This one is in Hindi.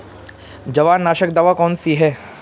जवार नाशक दवा कौन सी है?